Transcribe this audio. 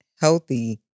healthy